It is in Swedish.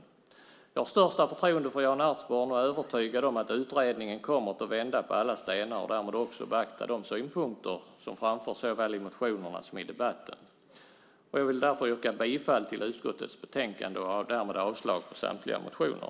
Jag har största förtroende för Jan Ertsborn och är övertygad om att utredningen kommer att vända på alla stenar och därmed också beakta de synpunkter som framförs såväl i motionerna som i debatten. Jag vill därför yrka bifall till utskottets förslag i betänkandet och avslag på samtliga motioner.